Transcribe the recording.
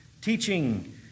Teaching